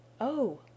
Oh